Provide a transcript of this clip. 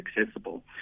accessible